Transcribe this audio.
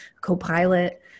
co-pilot